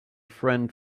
friend